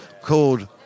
called